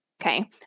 okay